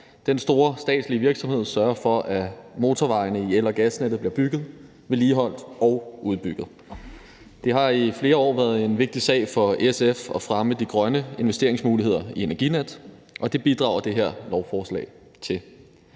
Den store statslige virksomhed sørger for, at motorvejene i el- og gasnettet bliver bygget, vedligeholdt og udbygget. Det har i flere år været en vigtig sag for SF at fremme de grønne investeringsmuligheder i Energinet, og det bidrager det her lovforslag til,